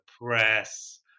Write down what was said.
press